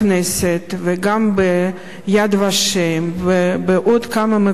בכנסת וגם ב"יד ושם" וגם בעוד כמה מקומות